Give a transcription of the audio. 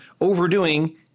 overdoing